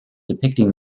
depicting